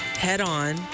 head-on